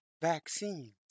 Vaccines